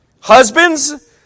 Husbands